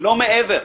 לא מעבר.